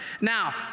Now